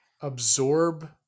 absorb